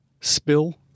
spill